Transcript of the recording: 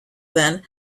then